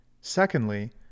Secondly